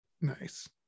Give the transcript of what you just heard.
Nice